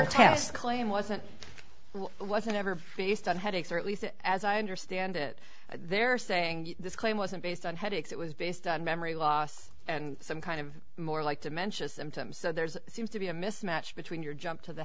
test claim wasn't wasn't ever feast on headaches or at least as i understand it they're saying this claim wasn't based on headaches it was based on memory loss and some kind of more like to mention symptoms there's seems to be a mismatch between your jump to the